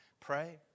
pray